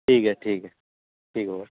ٹھیک ہے ٹھیک ہے ٹھیک ہے